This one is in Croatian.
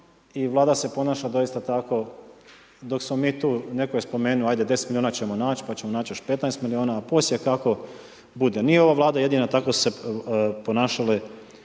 I Vlada se ponaša doista tako dok smo mi tu netko je spomenuo ajde 10 milijuna ćemo naći pa ćemo naći još 15 milijuna a poslije kako bude. Nije ova Vlada jedina, tako su se ponašale